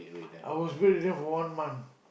I was bed ridden for one month